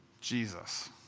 Jesus